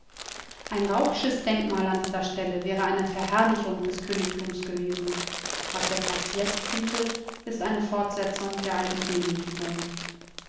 ein rauchsches denkmal an dieser stelle wäre eine verherrlichung des königtums gewesen was der platz jetzt bietet ist eine fortsetzung der alten demütigung